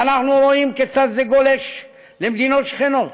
ואנחנו רואים כיצד זה גולש למדינות שכנות